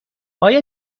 آیا